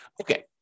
Okay